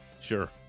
sure